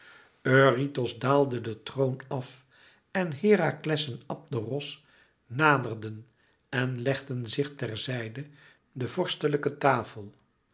eurytos daalde den troon af en herakles en abderos naderden en legden zich ter zijde der vorstelijke tafel